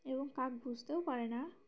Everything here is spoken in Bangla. এবং কাক বুঝতেও পারে না